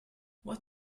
what